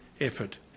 effort